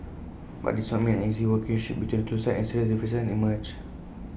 but this did not mean an easy working ship between the two sides and serious differences emerged